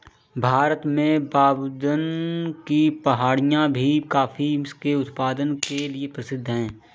भारत में बाबाबुदन की पहाड़ियां भी कॉफी के उत्पादन के लिए प्रसिद्ध है